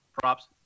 Props